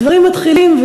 הדברים מתחילים,